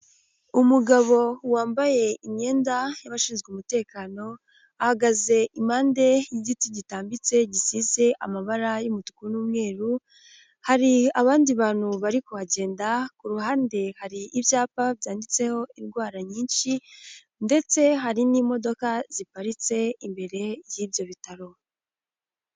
Umugabo wambaye imyenda y'abashinzwe umutekano, ahagaze impande y'igiti gitambitse gisize amabara y'umutuku n'umweru, hari abandi bantu bari kuhagenda, ku ruhande hari ibyapa byanditseho indwara nyinshi ndetse hari n'imodoka ziparitse imbere y'ibyo bitaro.